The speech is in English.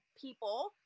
people